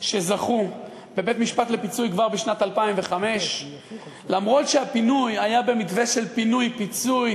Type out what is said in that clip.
שזכו לפיצוי בבית-המשפט כבר בשנת 2005. למרות שהפינוי היה במתווה של פינוי-פיצוי,